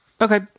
Okay